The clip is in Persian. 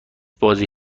بازی